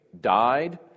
died